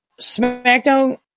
SmackDown